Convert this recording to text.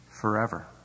forever